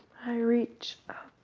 i reach